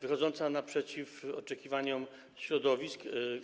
wychodząca naprzeciw oczekiwaniom środowisk.